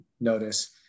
notice